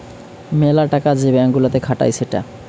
মেলা টাকা যে ব্যাঙ্ক গুলাতে খাটায় সেটা